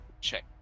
check